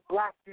Black